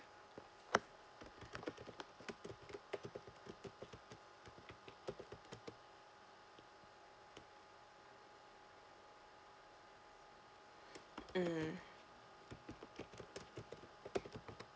mm